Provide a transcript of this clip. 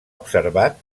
observat